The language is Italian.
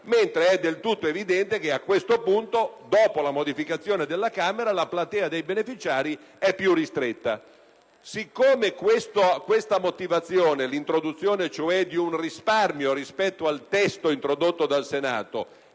mentre è del tutto evidente che a questo punto, dopo la modificazione della Camera, la platea dei beneficiari è più ristretta. Poiché l'introduzione di un risparmio, rispetto al testo introdotto dal Senato,